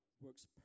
works